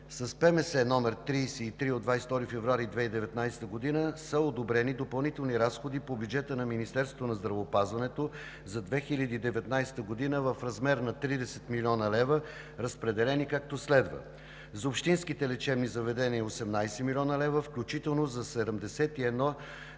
С ПМС № 33 от 22 февруари 2019 г. са одобрени допълнителни разходи по бюджета на Министерството на здравеопазването за 2019 г. в размер на 30 млн. лв., разпределени както следва: За общинските лечебни заведения – 18 млн. лв., включително за 71